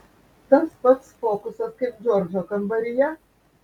tas pats fokusas kaip džordžo kambaryje